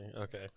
Okay